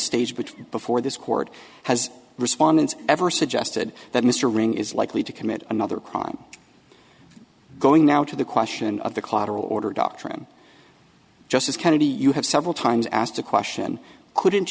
which before this court has respondents ever suggested that mr ring is likely to commit another crime going now to the question of the collateral order doctrine justice kennedy you have several times asked a question couldn't